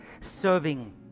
Serving